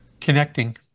Connecting